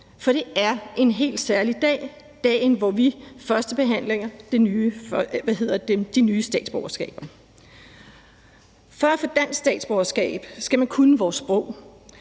For det er en helt særlig dag, dagen, hvor vi førstebehandler de nye statsborgerskaber. For at få dansk statsborgerskab skal man kunne vores sprog,